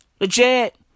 Legit